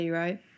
right